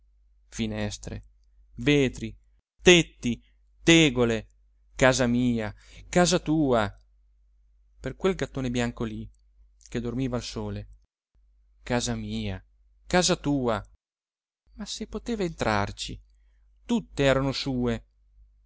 finestre vetri tetti tegole casa mia casa tua per quel gattone bianco lì che dormiva al sole casa mia casa tua ma se poteva entrarci tutte erano sue